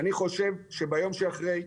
אני חושב שביום שאחרי,